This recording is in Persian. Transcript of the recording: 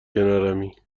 کنارمی